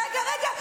רגע,